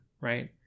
right